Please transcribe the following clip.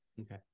Okay